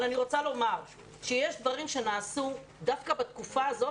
אבל אני רוצה לומר שיש דברים שנעשו דווקא בתקופה הזאת,